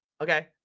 Okay